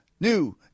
new